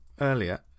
earlier